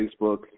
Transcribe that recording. Facebook